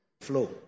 flow